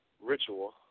ritual